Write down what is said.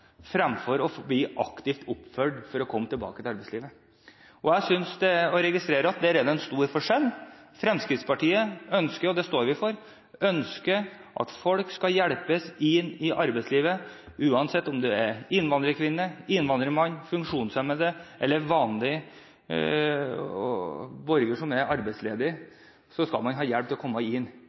fremfor å bli aktivt fulgt opp for å komme tilbake til arbeidslivet. Jeg registrerer at der er det en stor forskjell: Fremskrittspartiet ønsker – og det står vi for – at folk skal hjelpes inn i arbeidslivet. Uansett om man er innvandrerkvinne, innvandrermann, funksjonshemmet eller en vanlig borger som er arbeidsledig, så skal man ha hjelp til å komme inn